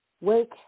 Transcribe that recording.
wake